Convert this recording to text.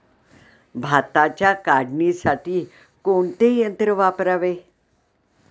भाताच्या काढणीसाठी कोणते यंत्र वापरावे?